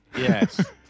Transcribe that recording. Yes